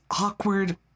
awkward